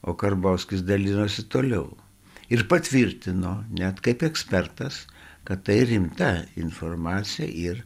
o karbauskis dalinosi toliau ir patvirtino net kaip ekspertas kad tai rimta informacija ir